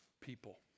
people